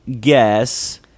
guess